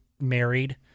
married